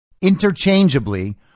interchangeably